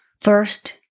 First